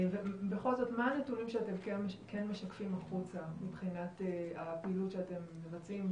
ובכל זאת מה הנתונים שאתם כן משקפים החוצה מבחינת הפעילות שאתם מבצעים,